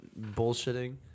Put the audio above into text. bullshitting